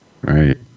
Right